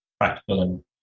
practical